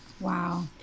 wow